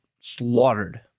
slaughtered